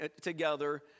together